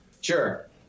Sure